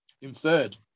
inferred